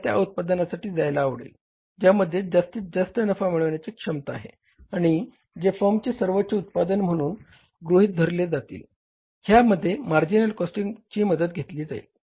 आपल्याला त्या उत्पादनांसाठी जायला आवडेल ज्यांमध्ये जास्तीत जास्त नफा मिळण्याची क्षमता आहे आणि जे फर्मचे सर्वोच्च उत्पादन म्हणून गृहीत धरले जातील व ह्या मध्ये मार्जिनल कॉस्टिंग आपली मदत करेल